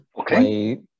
Okay